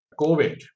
COVID